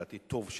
לדעתי טוב,